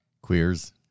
Queers